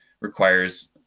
requires